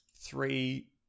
three